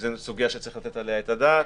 זאת סוגיה שצריך לתת עליה את הדעת.